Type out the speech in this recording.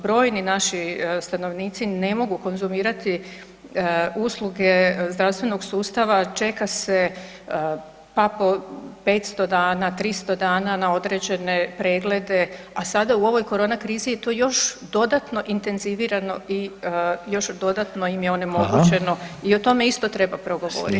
Brojni naši stanovnici ne mogu konzumirati usluge zdravstvenog sustava, čeka se pa po 500 dana, 300 dana na određene preglede, a sada u ovoj korona krizi je to još dodatno intenzivirano i još dodatno im je onemogućeno [[Upadica: Hvala.]] i o tome isto treba progovoriti.